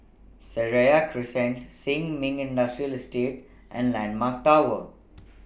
Seraya Crescent Sin Ming Industrial Estate and Landmark Tower